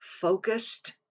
focused